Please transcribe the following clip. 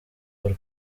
paul